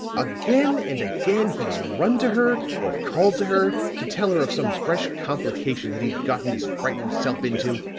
again and again he's run to her, or called to her, to tell her of some fresh complication that he'd gotten his frightened self into